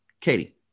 Katie